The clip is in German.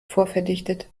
vorverdichtet